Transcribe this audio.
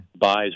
buys